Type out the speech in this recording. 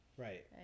Right